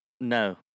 no